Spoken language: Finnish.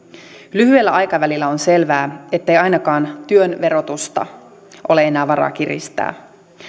lyhyellä aikavälillä on selvää ettei ainakaan työn verotusta ole enää varaa kiristää